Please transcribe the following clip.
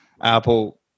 apple